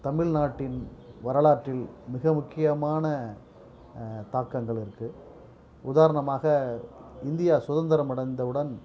தமிழ்நாட்டின் வரலாற்றில் மிக முக்கியமான தாக்கங்கள் இருக்குது உதாரணமாக இந்தியா சுதந்திரம் அடைந்தவுடன்